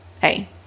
Hey